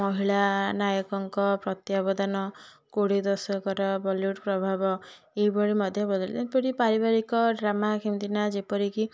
ମହିଳା ନାୟକଙ୍କ ପ୍ରତ୍ୟା ଅବଦାନ କୋଡ଼ିଏ ଦଶକର ବଲିଉଡ଼ ପ୍ରଭାବ ଏହିଭଳି ମଧ୍ୟ ବଦଳିଛି ପିଢ଼ି ପାରିବାରିକ ଡ୍ରାମା କେମିତି ନା ଯେପରିକି